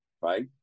Right